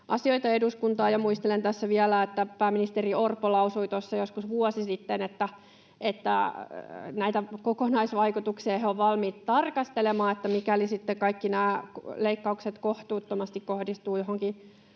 Muistelen tässä vielä, että pääministeri Orpo lausui tuossa joskus vuosi sitten, että näitä kokonaisvaikutuksia he ovat valmiita tarkastelemaan, eli mikäli sitten kaikki nämä leikkaukset kohtuuttomasti kohdistuvat joihinkin